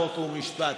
חוק ומשפט,